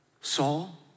Saul